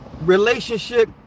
relationship